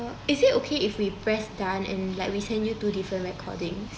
is it okay if we press done and like we send you two different recordings